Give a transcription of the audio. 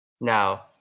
now